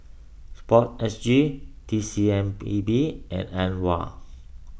Sport S G T C M P B and Aware